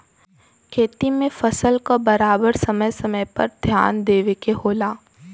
खेती में फसल क बराबर समय समय पर ध्यान देवे के होला